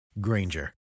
Granger